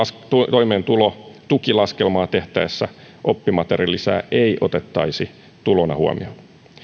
toimeentulotukilaskelmaa tehtäessä oppimateriaalilisää ei otettaisi tulona huomioon